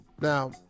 Now